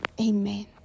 amen